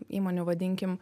įmonių vadinkim